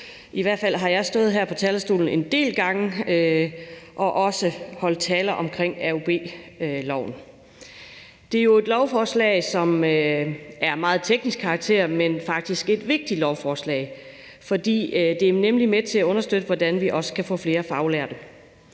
I hvert fald har jeg stået her på talerstolen en del gange og også holdt taler omkring AUB-loven. Det er jo et lovforslag, som er af meget teknisk karakter, men det er faktisk et vigtigt lovforslag. For det er nemlig med til at understøtte, hvordan vi også kan få flere faglærte,